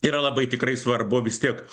yra labai tikrai svarbu tiek